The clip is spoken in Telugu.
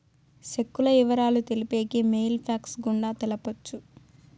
సెక్కుల ఇవరాలు తెలిపేకి మెయిల్ ఫ్యాక్స్ గుండా తెలపొచ్చు